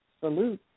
Salute